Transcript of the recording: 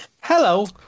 Hello